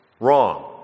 Wrong